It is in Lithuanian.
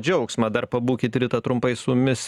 džiaugsmą dar pabūkit rita trumpai su mumis